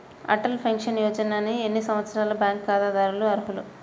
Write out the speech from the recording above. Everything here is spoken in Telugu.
అటల్ పెన్షన్ యోజనకు ఎన్ని సంవత్సరాల బ్యాంక్ ఖాతాదారులు అర్హులు?